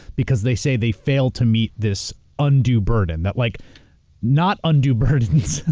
because they say they fail to meet this undue burden, that like not undue burdens.